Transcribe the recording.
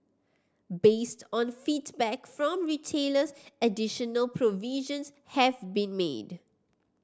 based on feedback from retailers additional provisions have been made